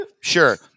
sure